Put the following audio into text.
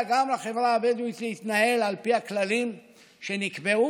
גם לחברה הבדואית להתנהל על פי הכללים שנקבעו,